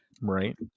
right